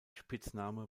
spitzname